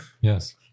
Yes